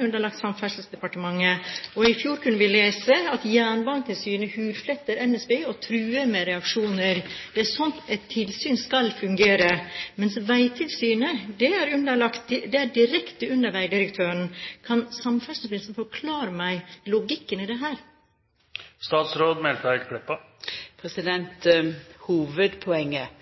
underlagt Samferdselsdepartementet. I fjor kunne vi lese at «Jernbanetilsynet hudfletter NSB og truer med reaksjoner». Det er sånn et tilsyn skal fungere. Men veitilsynet er direkte under veidirektøren. Kan samferdselsministeren forklare meg logikken i dette? Hovudpoenget